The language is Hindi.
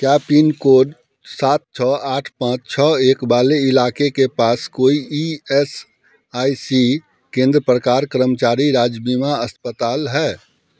क्या पिनकोड सात छः आठ पाँच छः एक वाले इलाके के पास कोई ई एस आई सी केंद्र प्रकार कर्मचारी राज्य बीमा अस्पताल है